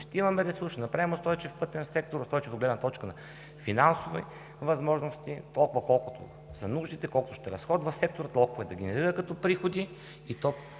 Ще имаме ресурс, ще направим устойчив пътен сектор, устойчив – от гледна точка на финансови възможности, толкова колкото са нуждите, колко ще разходва секторът, колко да генерира като приходи, и ще